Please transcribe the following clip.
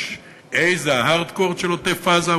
A זה ה- hardcore של עוטף-עזה,